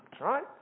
right